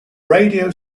radio